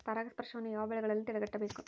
ಪರಾಗಸ್ಪರ್ಶವನ್ನು ಯಾವ ಬೆಳೆಗಳಲ್ಲಿ ತಡೆಗಟ್ಟಬೇಕು?